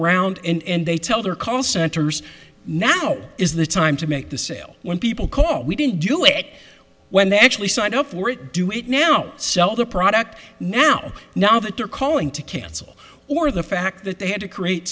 around and they tell their call centers now is the time to make the sale when people call we didn't do it when they actually signed up for it do it now sell the product now now that they're calling to cancel or the fact that they had to create